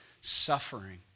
suffering